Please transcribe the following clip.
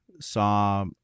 saw